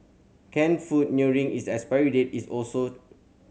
canned food nearing its expiry date is also